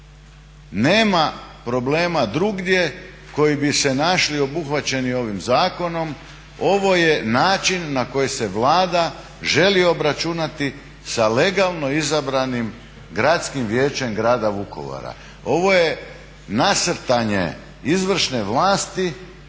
Nema problema drugdje koji bi se našli obuhvaćeni ovim zakonom, ovo je način na koji se Vlada želi obračunati sa legalno izabranim Gradskim vijećem grada Vukovara. Ovo je nasrtanje izvršne vlasti